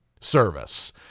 service